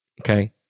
Okay